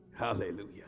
Hallelujah